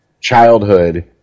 childhood